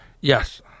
Yes